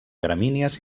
gramínies